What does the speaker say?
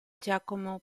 giacomo